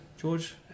george